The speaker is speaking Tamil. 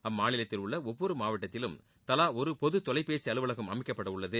அம்மாநிலத்தில் உள்ள ஒவ்வொரு மாவட்டத்திலும் தலா ஒரு பொது தொலைபேசி அலுவலகம் அமைக்கப்பட உள்ளது